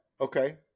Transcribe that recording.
okay